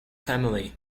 family